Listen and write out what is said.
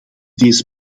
deze